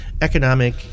economic